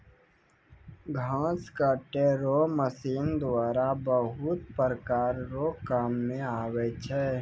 घास काटै रो मशीन द्वारा बहुत प्रकार रो काम मे आबै छै